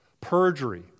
perjury